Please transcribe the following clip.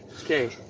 Okay